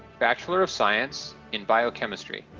bachelor of science in biochemistry.